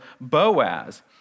Boaz